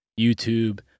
YouTube